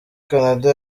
canada